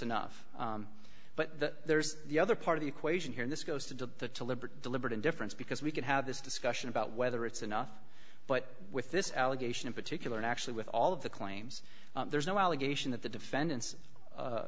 enough but that there's the other part of the equation here this goes to liberty deliberate indifference because we can have this discussion about whether it's enough but with this allegation in particular and actually with all of the claims there's no allegation that the defendants